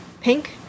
pink